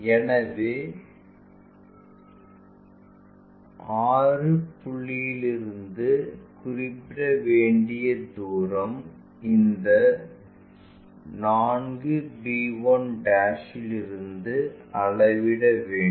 எனவே 6 புள்ளிகளிலிருந்து குறிப்பிட வேண்டிய தூரம் இந்த 4b1 இலிருந்து அளவிட வேண்டும்